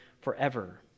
forever